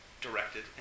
directed